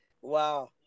Wow